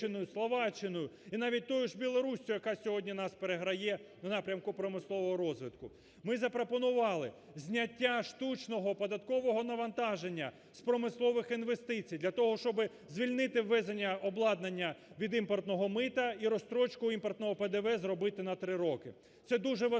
і навіть тою Білорусією, яка сьогодні нас переграє у напрямку промислового розвитку. Ми запропонували зняття штучного податкового навантаження з промислових інвестицій для того, щоб звільнити ввезення обладнання від імпортного мита і розстрочку імпортного ПДВ, зробити на три роки. Це дуже важливо,